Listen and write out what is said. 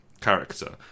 character